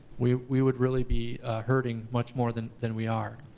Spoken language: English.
we we would really be hurting much more than than we are.